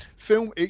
Film